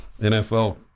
NFL